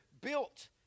built